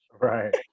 Right